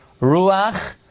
Ruach